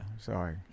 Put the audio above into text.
Sorry